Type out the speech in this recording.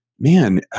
man